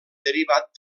derivat